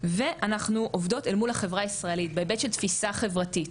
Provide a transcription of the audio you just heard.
ואנחנו עובדות אל מול החברה הישראלית בהיבט של תפיסה חברתית,